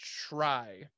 try